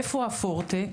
איפה הפורטה?